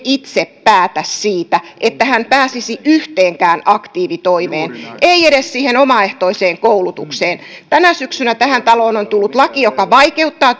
itse päätä siitä että hän pääsisi yhteenkään aktiivitoimeen ei edes siihen omaehtoiseen koulutukseen tänä syksynä tähän taloon on tullut laki joka vaikeuttaa